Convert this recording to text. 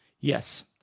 Yes